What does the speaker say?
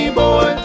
boy